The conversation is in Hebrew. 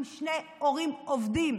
עם שני הורים עובדים.